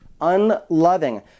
Unloving